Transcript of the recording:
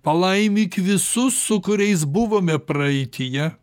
palaimik visus su kuriais buvome praeityje